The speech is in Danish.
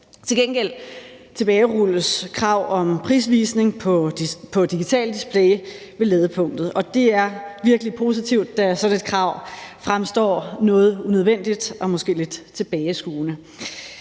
Til gengæld tilbagerulles kravet om prisvisning på digitalt display ved ladepunktet, og det er virkelig positivt, da sådan et krav fremstår noget unødvendigt og måske lidt tilbageskuende.